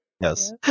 Yes